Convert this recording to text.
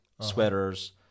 sweaters